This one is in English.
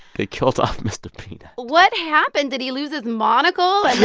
they killed off mr. peanut what happened? did he lose his monocle, and